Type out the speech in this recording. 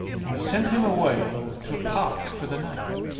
and sent him away to a park for the night.